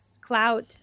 cloud